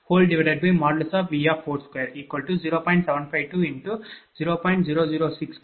0042| 0